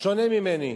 שונה ממני.